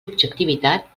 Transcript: objectivitat